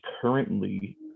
currently